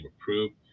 approved